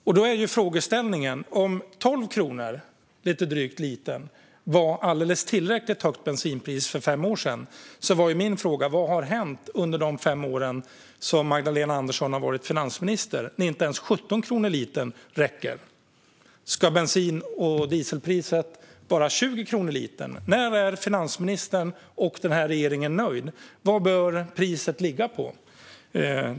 Om drygt 12 kronor litern var ett alldeles tillräckligt högt bensinpris för fem år sedan är min fråga: Vad har hänt under de fem år då Magdalena Andersson varit finansminister, när nu inte ens 17 kronor litern räcker? Ska bensin och dieselpriset vara 20 kronor litern? När är finansministern och den här regeringen nöjd? Vad bör priset ligga på?